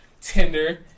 Tinder